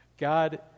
God